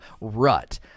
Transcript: rut